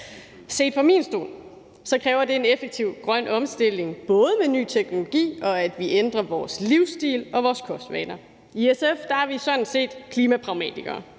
Set fra min stol kræver det en effektiv grøn omstilling, både med ny teknologi og en ændring af vores livsstil og vores kostvaner. I SF er vi sådan set klimapragmatikere,